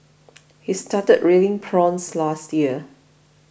he started rearing prawns last year